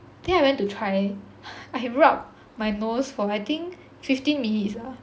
then I went to try leh I rub my nose for I think fifteen minutes ah